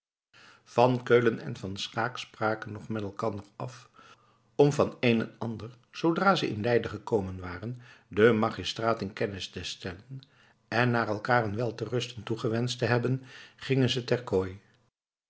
van keulen en van schaeck spraken nog met elkander af om van een en ander zoodra ze in leiden gekomen waren den magistraat in kennis te stellen en na elkaâr een wel te rusten toegewenscht te hebben gingen ze ter kooi